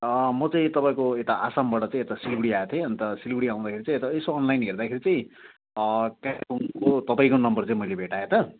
म चाहिँ तपाईँको यता आसामबाट चाहिँ यता सिलगढी आएको थिएँ अन्त सिलगढी आउँदाखेरि चाहिँ अन्त यसो अनलाइन हेर्दाखेरि चाहिँ कालिम्पोङको तपाईँको नम्बर चाहिँ मैले भेटाएँ त